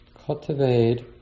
Cultivate